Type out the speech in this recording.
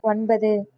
ஒன்பது